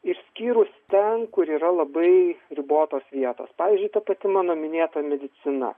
išskyrus ten kur yra labai ribotos vietos pavyzdžiui ta pati mano minėta medicina